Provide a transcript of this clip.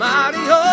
Mario